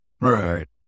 Right